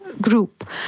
group